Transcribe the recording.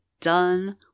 done